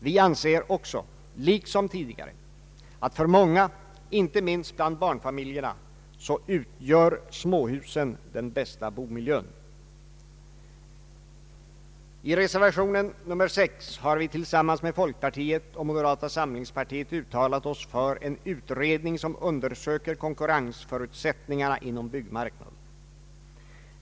Vi anser också liksom tidigare att för många inte minst bland barnfamiljerna utgör småhusen den bästa bomiljön. I reservation 6 har vi tillsammans med folkpartiet och moderata samlingspartiet uttalat oss för en utredning som undersöker konkurrensförutsättningarna inom byggmarknaden.